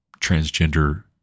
transgender